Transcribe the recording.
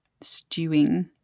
stewing